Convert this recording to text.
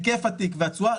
היקף התיק והתשואה,